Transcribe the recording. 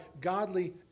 godly